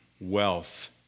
wealth